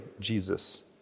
Jesus